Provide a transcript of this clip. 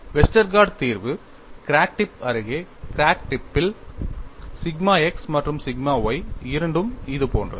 Westergaard தீர்வு crack tip அருகே crack டிப்ஸில் சிக்மா x மற்றும் சிக்மா y இரண்டும் இது போன்றது